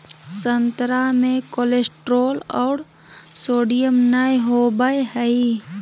संतरा मे कोलेस्ट्रॉल और सोडियम नय होबय हइ